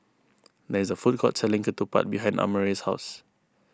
there is a food court selling Ketupat behind Amare's house